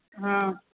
हँ